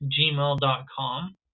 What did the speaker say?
gmail.com